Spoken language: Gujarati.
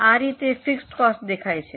આ રીતે ફિક્સ કોસ્ટ દેખાય છે